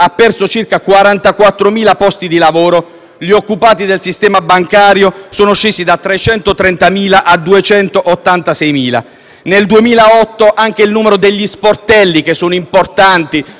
ha perso circa 44.000 posti di lavoro. Gli occupati del sistema bancario sono scesi da 330.000 a 286.000. Nel 2008 anche il numero degli sportelli, che sono importanti